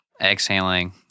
exhaling